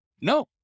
No